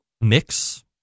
mix